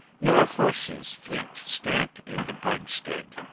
nor horses fleet stamp in the burgstead!